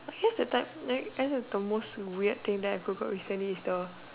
here's the type like I think the most weird thing that I Googled recently is the